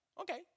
Okay